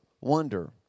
wonder